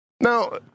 Now